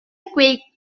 quake